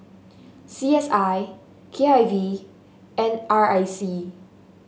C S I K I V N R I C